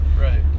Right